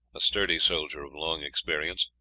a sturdy soldier of long experience,